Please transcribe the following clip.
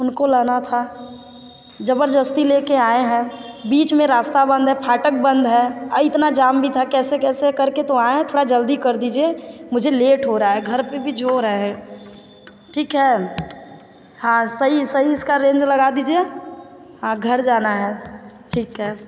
उनको लाना था ज़बरजस्ती ले के आए हैं बीच में रास्ता बंद है फाटक बंद है और इतना जाम भी था कैसे कैसे कर के तो आए हैं थोड़ा जल्दी कर दीजिए मुझे लेट हो रहा है घर भी पर भी जो रहे ठीक है हाँ सही सही इसका रेंज लगा दीजिए हाँ घर जाना है ठीक है